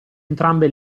entrambe